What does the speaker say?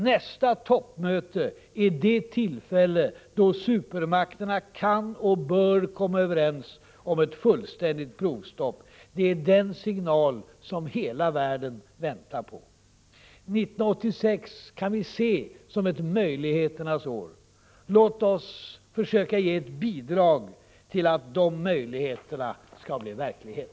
Nästa toppmöte är det tillfälle då supermakterna kan och bör komma överens om ett fullständigt provstopp. Det är den signal som hela världen väntar på. 1986 kan vi se som ett möjligheternas år. Låt oss försöka ge ett bidrag till att de möjligheterna blir verklighet.